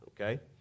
okay